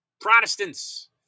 Protestants